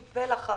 א',